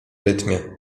rytmie